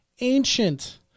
ancient